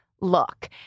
look